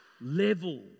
level